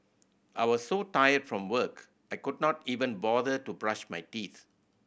I was so tired from work I could not even bother to brush my teeth